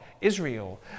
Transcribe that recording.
Israel